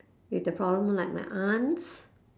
with the problem like my aunt